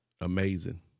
Amazing